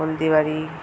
Haldibari